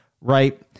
right